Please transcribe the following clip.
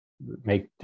make